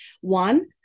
one